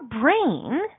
brain